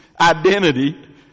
identity